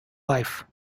life